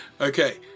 okay